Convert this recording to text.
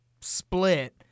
split